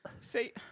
say